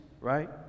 right